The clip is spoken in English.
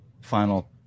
final